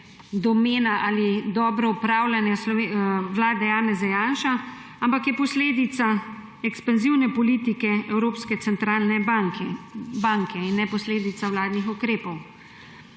domena ali dobro upravljanje vlade Janeza Janše, ampak je posledica ekspanzivne politike Evropske centralne banke in ne posledica vladnih ukrepov.